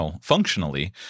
functionally